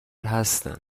هستن